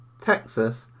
Texas